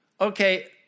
okay